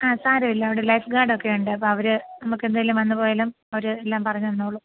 ആ സാരമില്ല അവിടെ ലൈഫ് ഗാഡൊക്കെ ഉണ്ട് അപ്പം അവർ നമുക്കെന്തെങ്കിലും വന്നുപോയാലും അവർ എല്ലാം പറഞ്ഞു തന്നോളും